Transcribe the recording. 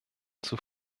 zur